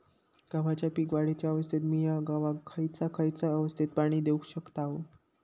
गव्हाच्या पीक वाढीच्या अवस्थेत मिया गव्हाक खैयचा खैयचा अवस्थेत पाणी देउक शकताव?